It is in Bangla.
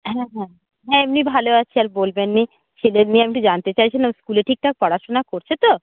হ্যাঁ হ্যাঁ হ্যাঁ এমনি ভালো আছে আর বলবেন না ছেলের নিয়ে আমি একটু জানতে চাইছিলাম স্কুলে ঠিকঠাক পড়াশুনা করছে তো